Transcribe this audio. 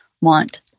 want